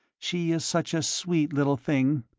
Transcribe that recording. she is such a sweet little thing.